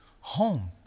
home